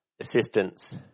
assistance